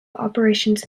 operations